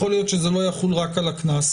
יכול להיות שזה לא יחול רק על הקנס